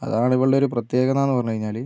അതാണ് ഇവളുടെ ഒരു പ്രത്യേകത എന്ന് പറഞ്ഞുകഴിഞ്ഞാല്